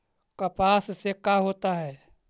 कपास से का होता है?